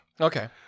Okay